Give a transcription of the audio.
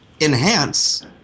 enhance